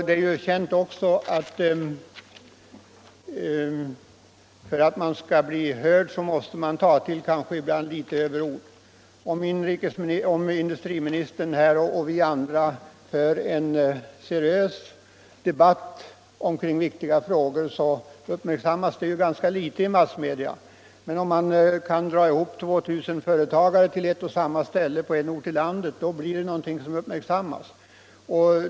Det är också känt att man, för att bli hörd, ibland kanske måste ta till överord. Om industriministern och vi andra för en seriös debatt kring viktiga frågor här i kammaren uppmärksammas det ganska litet i massmedia. Men kan man dra ihop 2000 företagare till ett och samma ställe på en ort i landet blir det någonting som uppmärksammas.